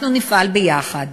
אנחנו נפעל ביחד,